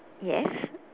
yes